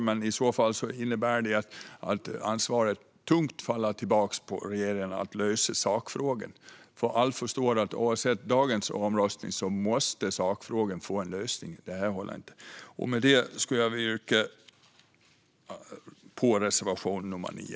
Men i så fall innebär det att ansvaret att lösa sakfrågan faller tungt tillbaka på regeringen. Alla förstår nämligen att oavsett dagens omröstning måste sakfrågan få en lösning. Detta håller inte. Därmed yrkar jag bifall till reservation 9.